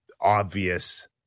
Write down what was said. obvious